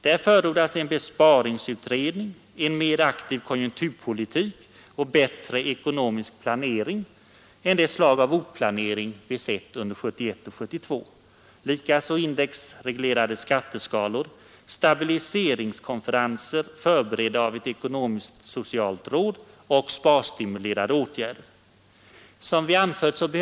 Där förordas en besparingsutredning, en mera aktiv konjunkturpolitik och bättre ekonomisk planering , indexreglerade skatteskalor, stabiliseringskonferenser förberedda av ett ekonomiskt-socialt råd och sparstimulerande åtgärder. Och det poängteras: ”Kampen mot prisstegringarna måste prioriteras i den ekonomiska politiken.